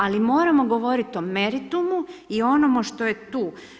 Ali moramo govoriti o meritumu i onome što je tu.